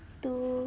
two